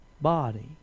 body